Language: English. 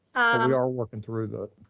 and are working through that.